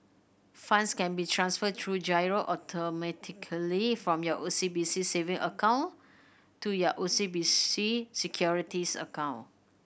funds can be transferred through giro automatically from your O C B C saving account to your O C B C Securities account